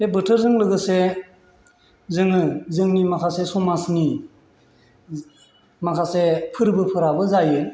बे बोथोरजों लोगोसे जोङो जोंनि माखासे समाजनि माखासे फोरबोफोराबो जायो